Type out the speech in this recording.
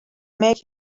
make